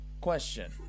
question